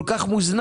כל כך מוזנח,